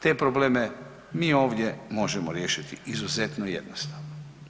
Te probleme mi ovdje možemo riješiti izuzetno jednostavno.